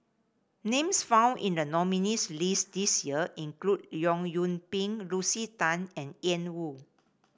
names found in the nominees' list this year include Leong Yoon Pin Lucy Tan and Ian Woo